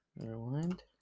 Rewind